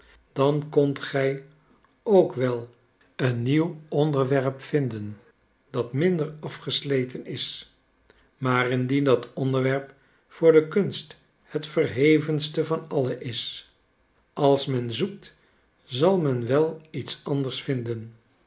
dan kondt gij ook wel een nieuw onderwerp vinden dat minder afgesleten is maar indien dat onderwerp voor de kunst het verhevenste van alle is als men zoekt zal men wel iets anders vinden